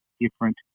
different